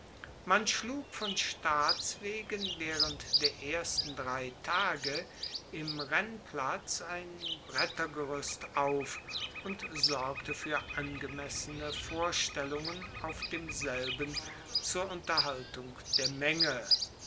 man schlug von staats wegen waehrend der ersten drei tage im rennplatz ein brettergeruest auf und sorgte fuer angemessene vorstellungen auf demselben zur unterhaltung der menge